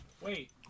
Wait